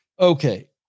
okay